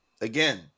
again